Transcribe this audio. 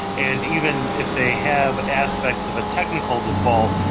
and even if they have aspects of a technical default,